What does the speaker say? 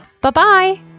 Bye-bye